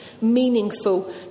meaningful